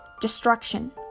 Destruction